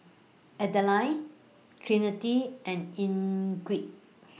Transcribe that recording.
Adline Trinity and Enrique